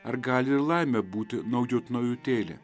ar gali ir laimė būti naujut naujutėlė